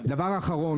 דבר אחרון,